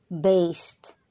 based